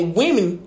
women